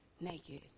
naked